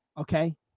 Okay